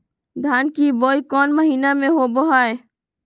धान की बोई कौन महीना में होबो हाय?